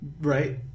Right